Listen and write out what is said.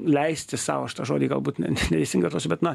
leisti sau aš tą žodį galbūt ne neteisingai vartosiu bet na